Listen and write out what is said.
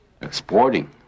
exporting